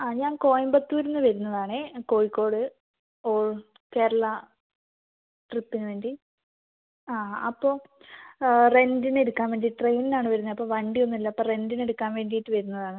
ആ ഞാൻ കോയമ്പത്തൂരിൽ നിന്ന് വരുന്നത് ആണെ കോഴിക്കോട് ഓൾ കേരള ട്രിപ്പിന് വേണ്ടി ആ അപ്പം റെൻറ്റിന് എടുക്കാൻ വേണ്ടി ട്രെയിനിന് ആണ് വരുന്നത് അപ്പം വണ്ടി ഒന്നും ഇല്ല അപ്പം റെൻറ്റിന് എടുക്കാൻ വേണ്ടീറ്റ് വരുന്നത് ആണ്